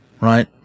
right